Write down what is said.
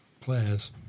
players